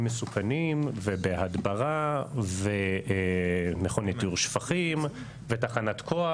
מסוכנים ובהדברה ומכון לטיהור שפכים ותחנת כוח.